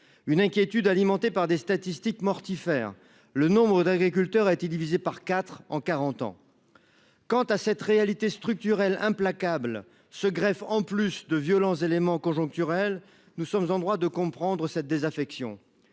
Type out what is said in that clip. une inquiétude alimentée par des statistiques mortifère. Le nombre d'agriculteurs a été divisé par IV en 40 ans. Quant à cette réalité structurelle implacable. Se greffe en plus de violence, d'éléments conjoncturels. Nous sommes en droit de comprendre cette désaffection